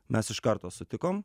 mes iš karto sutikom